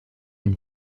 une